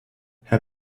herr